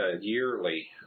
yearly